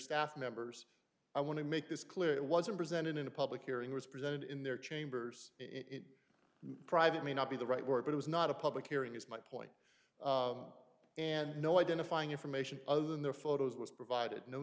staff members i want to make this clear it wasn't presented in a public hearing was presented in their chambers in private may not be the right word but it was not a public hearing is my point and no identifying information other than their photos was provided no